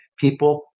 People